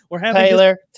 Taylor